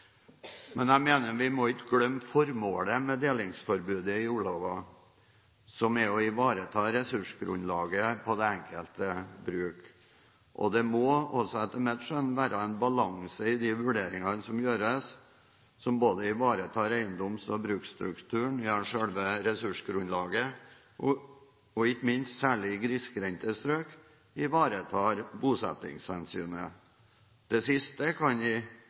mener at vi ikke må glemme formålet med delingsforbudet i jordlova, som er å ivareta ressursgrunnlaget på det enkelte bruk. Det må også etter mitt skjønn være en balanse i de vurderingene som gjøres, som både ivaretar eiendoms- og bruksstrukturen – ja, selve ressursgrunnlaget – og ikke minst, særlig i grisgrendte strøk, ivaretar bosettingshensynet. Det siste kan